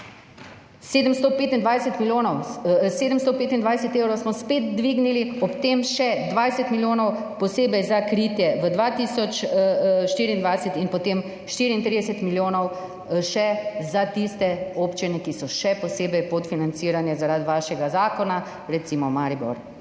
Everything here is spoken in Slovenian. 725 evrov smo spet dvignili, ob tem še 20 milijonov posebej za kritje v 2024 in potem 34 milijonov še za tiste občine, ki so še posebej podfinancirane zaradi vašega zakona, recimo Maribor.